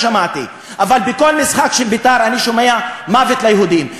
אבל בכל משחק של "בית"ר" אני שומע: "מוות לערבים".